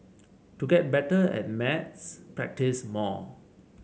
to get better at maths practise more